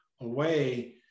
away